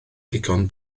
ddigon